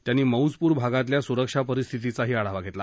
त्यांनी मौजपूर भागातल्या सुरक्षा परिस्थितीचाही आढावा घेतला